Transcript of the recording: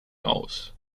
aus